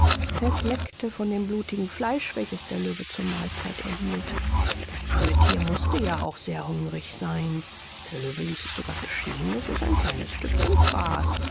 es leckte von dem blutigen fleisch welches der löwe zur mahlzeit erhielt das arme thier mußte ja auch sehr hungrig sein der löwe ließ es sogar geschehen daß es ein kleines stückchen fraß